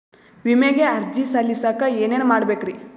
ವಿಮೆಗೆ ಅರ್ಜಿ ಸಲ್ಲಿಸಕ ಏನೇನ್ ಮಾಡ್ಬೇಕ್ರಿ?